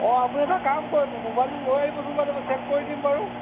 অঁ আপুনি এটা কাম কৰিব মোবাইলটো লৈ আহিবচোন বাইদেউ মই চেক কৰি দিম বাৰু